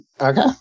okay